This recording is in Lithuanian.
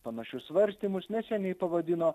panašius svarstymus neseniai pavadino